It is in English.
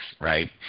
right